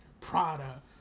Prada